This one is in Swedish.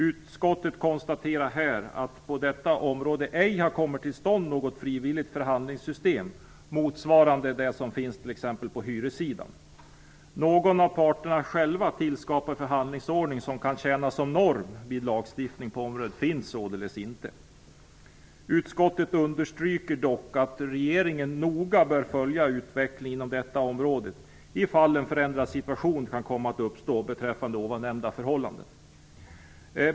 Utskottet konstaterar att det på detta område ej har kommit till stånd något frivilligt förhandlingssystem t.ex. motsvarande det som finns på hyressidan. Någon av parterna själva tillskapad förhandlingsordning som kan tjäna som norm vid lagstiftande på området finns således inte. Utskottet understryker dock att regeringen noga bör följa utvecklingen inom detta område för det fall att en förändrad situation kan komma att uppstå beträffande ovannämnda förhållanden.